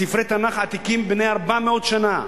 ספרי תנ"ך עתיקים בני 400 שנה,